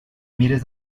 mires